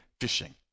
fishing